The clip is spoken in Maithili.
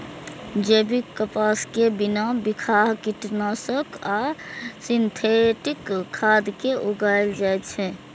जैविक कपास कें बिना बिखाह कीटनाशक आ सिंथेटिक खाद के उगाएल जाए छै